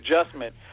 adjustment